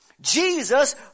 Jesus